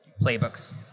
playbooks